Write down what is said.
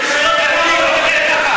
לדבר ככה,